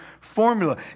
formula